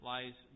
Lies